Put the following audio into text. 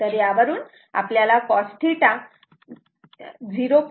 तर यावरून आपल्याला cos θ 0